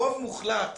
רוב מוחלט